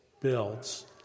builds